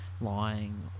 Lying